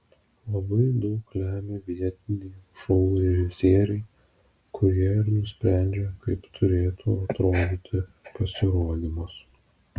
labai daug lemia vietiniai šou režisieriai kurie ir nusprendžia kaip turėtų atrodyti pasirodymas